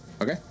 Okay